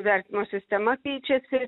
vertinimo sistema keičiasi